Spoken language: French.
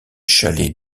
chalets